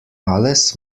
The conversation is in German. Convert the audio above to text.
alles